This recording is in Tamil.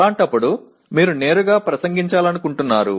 அவ்வாறான நிலையில் நீங்கள் நேரடியாக உரையாற்றுகிறீர்கள்